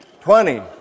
Twenty